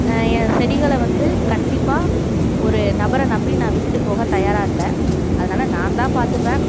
என் செடிகளை வந்து கண்டிப்பாக ஒரு நபரை நம்பி நான் விட்டுவிட்டு போக தயாராக இல்லை அதனால் நான் தான் பார்த்துப்பேன்